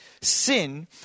sin